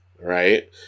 Right